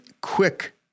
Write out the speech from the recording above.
quick